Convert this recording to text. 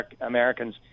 Americans